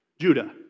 Judah